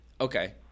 Okay